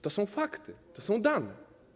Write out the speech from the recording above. To są fakty, to są dane.